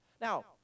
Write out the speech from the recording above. Now